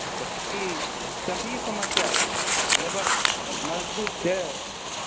तऽ की तऽ की समस्या भेल लेबर मजदूरके